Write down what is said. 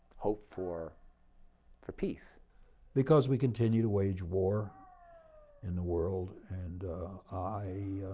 hope for for peace. because we continue to wage war in the world and i